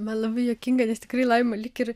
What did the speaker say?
man labai juokinga nes tikrai laima lyg ir